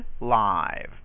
live